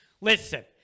Listen